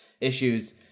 issues